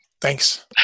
thanks